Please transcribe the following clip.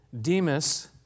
Demas